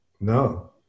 No